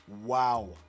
Wow